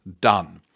done